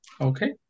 Okay